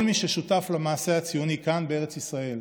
כל מי ששותף למעשה הציוני כאן, בארץ ישראל,